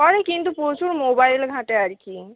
করে কিন্তু প্রচুর মোবাইল ঘাটে আর কি